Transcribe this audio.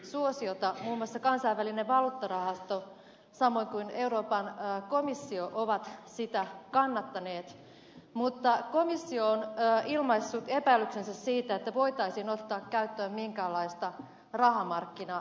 muun muassa kansainvälinen valuuttarahasto samoin kuin euroopan komissio ovat sitä kannattaneet mutta komissio on ilmaissut epäilyksensä siitä että voitaisiin ottaa käyttöön minkäänlaista rahamarkkinaveroa